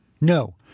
No